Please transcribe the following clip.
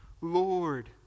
Lord